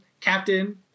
captain